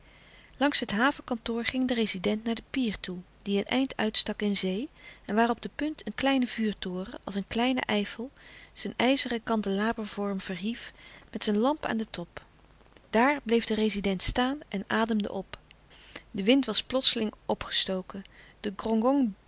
langs het havenkantoor ging de rezident naar den pier toe die een eind uitstak in zee en louis couperus de stille kracht waar op de punt een kleine vuurtoren als een kleine eiffel zijn ijzeren kandelabervorm verhief met zijn lamp aan den top daar bleef de rezident staan en ademde op de wind was plotseling opgestoken de